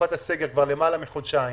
בתקופת הסגר כבר למעלה מחודשיים,